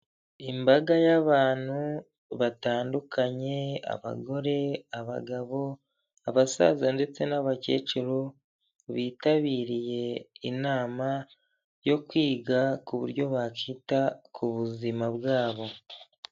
Imbaga y'abantu batandukanye abagore, abagabo, abasaza ndetse n'abakecuru bitabiriye inama yo kwiga ku buryo bakita ku buzima bwabo.